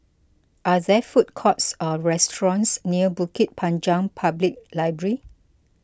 are there food courts or restaurants near Bukit Panjang Public Library